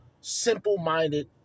simple-minded